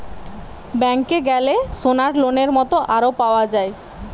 ব্যাংকে গ্যালে সোনার লোনের মত আরো পাওয়া যায়